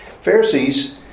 Pharisees